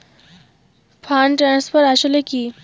Fund transfer আসলে কী?